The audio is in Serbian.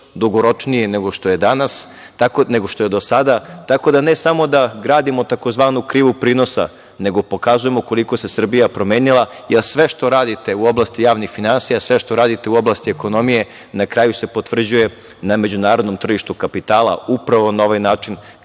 dugoročnije nego što je do sada. Tako da, ne samo da gradimo tzv. krivu prinosa, nego pokazujemo koliko se Srbija promenila, jer sve što radite u oblasti javnih finansija, sve što radite u oblasti ekonomije, na kraju se potvrđuje na međunarodnom tržištu kapitala upravo na ovaj način